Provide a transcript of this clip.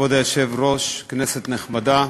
כבוד היושב-ראש, כנסת נכבדה,